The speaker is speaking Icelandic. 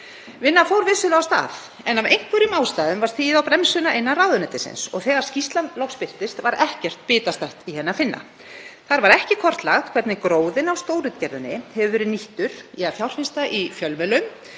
Vinnan fór vissulega af stað en af einhverjum ástæðum var stigið á bremsuna innan ráðuneytisins og þegar skýrslan loks birtist var ekkert bitastætt í henni að finna. Þar var ekki kortlagt hvernig gróðinn af stórútgerðinni hefur verið nýttur í að fjárfesta í fjölmiðlum,